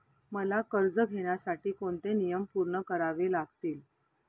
मला कर्ज घेण्यासाठी कोणते नियम पूर्ण करावे लागतील?